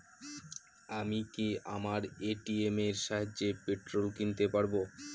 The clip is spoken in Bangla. আমি কি আমার এ.টি.এম এর সাহায্যে পেট্রোল কিনতে পারব?